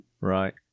Right